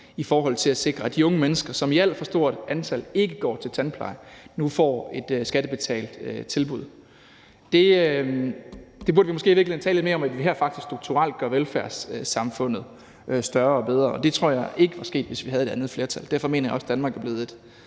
i forhold til at sikre at de unge mennesker, som i alt for stort antal ikke går til tandpleje, nu får et skattebetalt tilbud. Det burde vi måske i virkeligheden tale lidt mere om, nemlig at vi her faktisk strukturelt gør velfærdssamfundet større og bedre. Det tror jeg ikke var sket, hvis vi havde haft et andet flertal. Derfor mener jeg også, at Danmark er blevet et